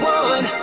one